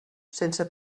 sense